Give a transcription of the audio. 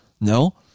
No